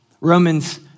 Romans